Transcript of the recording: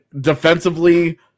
defensively